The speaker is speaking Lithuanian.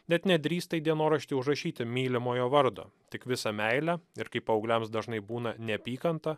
net nedrįsta į dienoraštį užrašyti mylimojo vardo tik visą meilę ir kaip paaugliams dažnai būna neapykantą